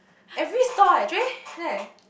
every store eh Jay said